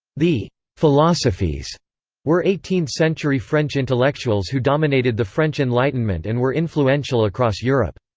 the philosophes were eighteenth century french intellectuals who dominated the french enlightenment and were influential across europe.